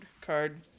Card